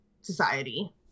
society